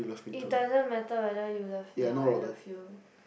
it doesn't matter whether you love me or I love you